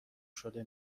شده